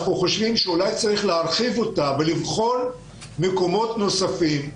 אנחנו חושבים שאולי צריך להרחיב אותה ולבחור מקומות נוספים,